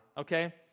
okay